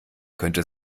könnte